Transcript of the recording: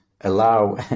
allow